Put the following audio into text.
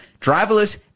Driverless